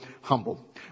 humble